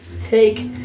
Take